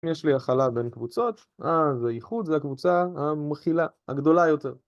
יש לי הכלה בין קבוצות, אז האיחוד זה הקבוצה המכילה, הגדולה יותר.